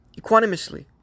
equanimously